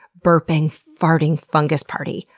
burping, farting fungus party?